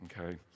okay